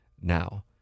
now